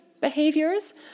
behaviors